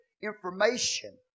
information